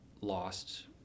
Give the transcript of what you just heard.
lost